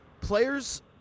players